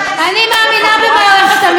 אני מאמינה במערכת המשפט.